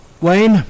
Wayne